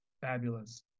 Fabulous